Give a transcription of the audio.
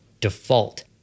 default